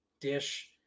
dish